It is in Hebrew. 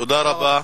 תודה רבה.